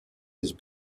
his